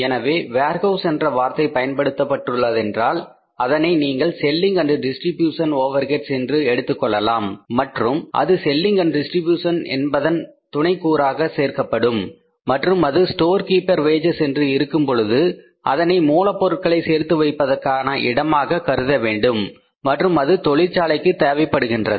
எனவே வேர்ஹவுஸ் என்ற வார்த்தை பயன்படுத்தப்பட்டுள்ளதென்றால் அதனை நீங்கள் selling and distribution overheads Selling Distribution overhead என்று எடுத்துக்கொள்ளலாம் மற்றும் அது selling and distribution Selling Distribution என்பதன் துணைக் கூராக சேர்க்கப்படும் மற்றும் அது ஸ்டோர் கீப்பர் வேஜஸ் என்று இருக்கும்பொழுது அதனை மூலப் பொருட்களை சேர்த்து வைப்பதற்கான இடமாக கருதவேண்டும் மற்றும் அது தொழிற்சாலைக்கு தேவைப்படுகின்றது